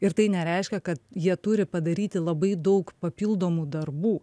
ir tai nereiškia kad jie turi padaryti labai daug papildomų darbų